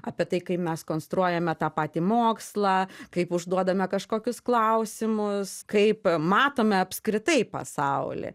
apie tai kaip mes konstruojame tą patį mokslą kaip užduodame kažkokius klausimus kaip matome apskritai pasaulį